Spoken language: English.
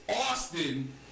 Austin